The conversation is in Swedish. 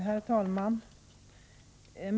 Herr talman!